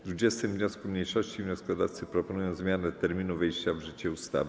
W 20. wniosku mniejszości wnioskodawcy proponują zmianę terminu wejścia w życie ustawy.